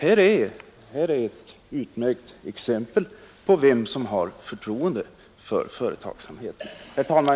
Här är ett utmärkt exempel på vem som i verkligheten har förtroende för företagen. Herr talman!